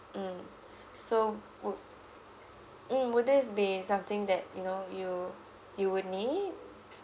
mm so would mm would this be something that you know you you would need